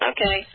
Okay